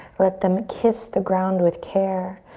let them kiss the ground with care.